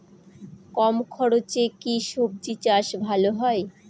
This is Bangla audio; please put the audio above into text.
কম খরচে কি সবজি চাষ ভালো হয়?